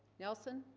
nelson